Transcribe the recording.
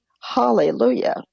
Hallelujah